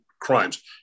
crimes